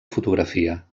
fotografia